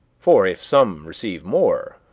for if some receive more,